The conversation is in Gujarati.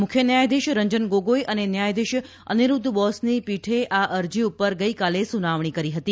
મુખ્ય ન્યાયાધીશ રંજન ગોગોઈ અને ન્યાયાધીશ અનિરૂદ્ધ બોસની પીઠે આ અરજી પર ગઈકાલે સુનાવણી કરી ફતી